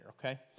okay